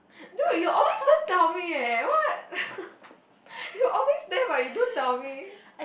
no you always don't tell me eh what you always there but you don't tell me